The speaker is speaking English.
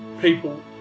people